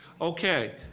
Okay